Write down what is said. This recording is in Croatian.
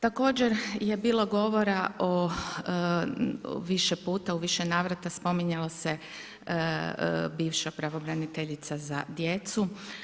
Također je bilo govora više puta u više navrata, spominjala se bivša pravobraniteljica za djecu.